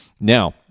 Now